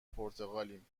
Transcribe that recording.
پرتغالیم